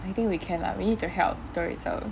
I think we can lah we need to help tourism